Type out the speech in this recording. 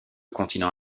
continent